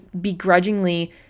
begrudgingly